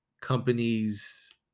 companies